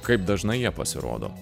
kaip dažnai jie pasirodo